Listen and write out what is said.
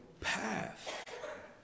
path